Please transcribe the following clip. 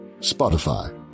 Spotify